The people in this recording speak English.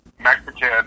Mexican